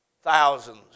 Thousands